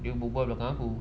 dia bubar dekat aku